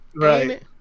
Right